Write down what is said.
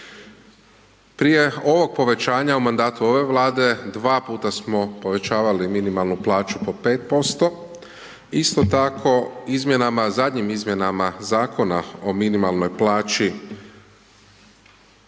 Prije ovog povećanja u mandatu ove Vlade, dva puta smo povećavali minimalnu plaću po 5%, isto tako zadnjim izmjenama Zakona o minimalnoj plaći